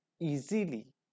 easily